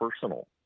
personal